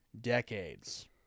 decades